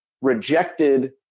rejected